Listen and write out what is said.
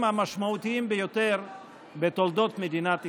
המשמעותיים ביותר בתולדות מדינת ישראל.